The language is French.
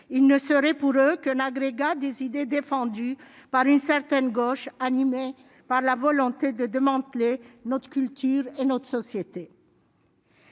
il ne serait pour eux qu'un agrégat des idées défendues par une certaine gauche animé par la volonté de démanteler notre culture et notre société.